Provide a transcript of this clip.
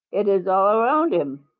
it is all around him.